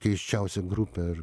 keisčiausia grupė ar